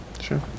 Sure